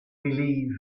believe